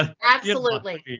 absolutely.